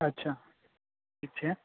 અચ્છા ઠીક છે